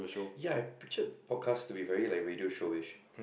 ya I pictured podcast to be very like radio Showish